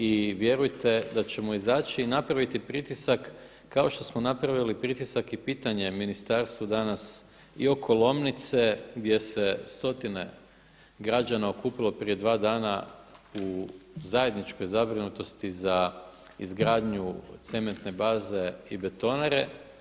I vjerujete da ćemo izaći i napraviti pritisak kao što smo napravili pritisak i pitanje Ministarstvu danas i oko Lomnice gdje se stotine građana okupilo prije 2 dana u zajedničkoj zabrinutosti za izgradnju cementne baze i betonare.